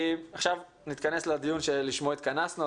עכשיו נתכנס לדיון שלשמו התכנסנו.